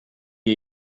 ear